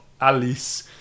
Alice